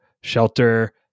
shelter